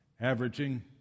averaging